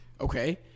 okay